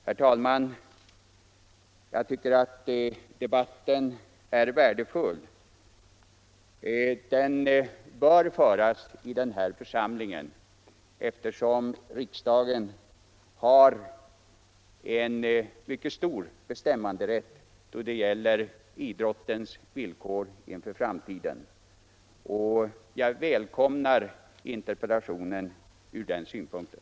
Herr talman, jag tycker att debatten är värdefull. Den bör föras i den här församlingen, eftersom riksdagen har en mycket stor bestämmanderätt då det gäller idrottens villkor inför framtiden. Jag välkomnar interpellationen från den synpunkten.